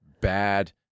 bad